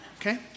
Okay